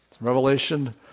Revelation